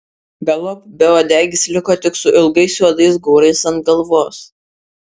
galop beuodegis liko tik su ilgais juodais gaurais ant galvos